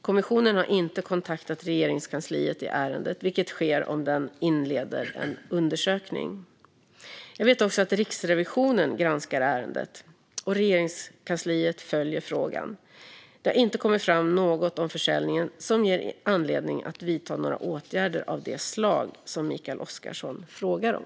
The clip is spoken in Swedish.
Kommissionen har inte kontaktat Regeringskansliet i ärendet, vilket sker om den inleder en undersökning. Jag vet också att Riksrevisionen granskar ärendet. Regeringskansliet följer frågan. Det har inte kommit fram något om försäljningen som ger anledning att vidta några åtgärder av det slag som Mikael Oscarsson frågar om.